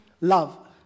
Love